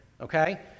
Okay